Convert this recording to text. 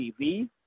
TV